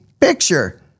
picture